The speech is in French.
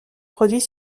produit